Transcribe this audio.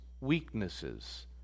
weaknesses